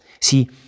See